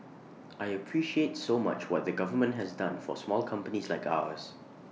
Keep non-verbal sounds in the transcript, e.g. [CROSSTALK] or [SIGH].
I [NOISE] appreciate so much what the government has done for small companies like ours